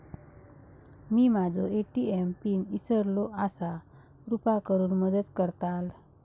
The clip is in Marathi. मी माझो ए.टी.एम पिन इसरलो आसा कृपा करुन मदत करताल